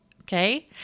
Okay